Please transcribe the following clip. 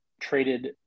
traded